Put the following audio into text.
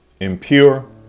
impure